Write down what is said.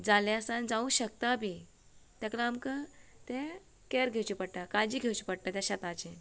जाले आसा जावूंक शकता बी तेक् लाग् आमकां ते कॅर घेवचे पडटाय काळजी घेवची पडटा त्या शेताची